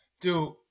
Dude